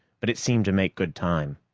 but it seemed to make good time.